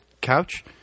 couch